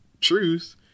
truth